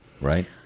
Right